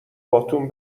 باتوم